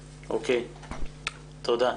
תודה.